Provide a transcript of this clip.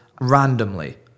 randomly